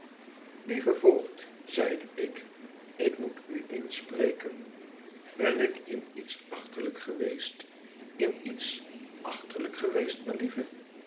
lieve voogd zeide ik ik moet u eens spreken ben ik in iets achterlijk geweest in iets achterlijk geweest melieve